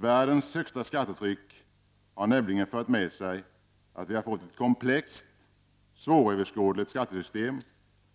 Världens högsta skattetryck har nämligen fört med sig att vi har fått ett komplext och svåröverskådligt skattesystem,